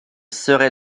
serai